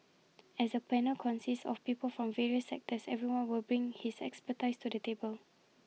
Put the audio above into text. as the panel consists of people from various sectors everyone will bring his expertise to the table